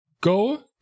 go